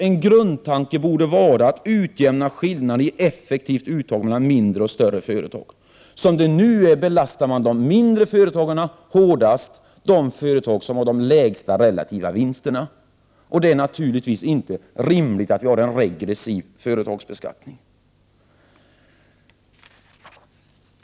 En grundtanke borde vara att man skall utjämna skillnaderna i effektivt uttag mellan mindre och större företag. Som det nu är belastar man de mindre företagen hårdast. Det är de företag som har de lägsta relativa vinsterna. Det är naturligtvis inte rimligt att vi har en regressiv företagsbeskattning.